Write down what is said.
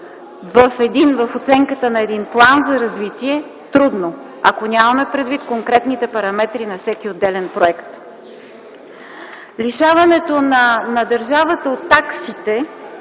В оценката на един план за развитие – трудно, ако нямаме предвид конкретните параметри на всеки отделен проект. Лишаването на държавата от таксите